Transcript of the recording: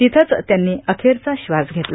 तिथंच त्यांनी अखेरचा श्वास घेतला